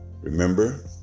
Remember